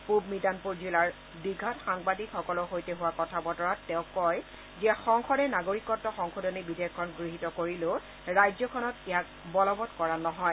পূব মিদানপুৰ জিলাৰ দীঘাত সাংবাদিকসকলৰ সৈতে হোৱা কথা বতৰাত তেওঁ কয় যে সংসদে নাগৰিকত্ব সংশোধনী বিধেয়কখন গৃহীত কৰিলেও ৰাজ্যখনত ইয়াক বলবৎ কৰা নহয়